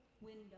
window